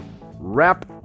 wrap